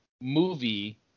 movie